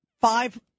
Five